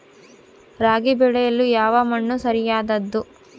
ರಾಗಿ ಬೆಳೆಯಲು ಯಾವ ಮಣ್ಣು ಸರಿಯಾದದ್ದು?